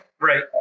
Right